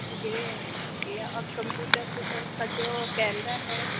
گرے okay اور computer پھر کا جو کیمرہ ہے